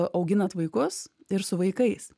auginat vaikus ir su vaikais